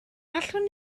allwn